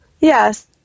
Yes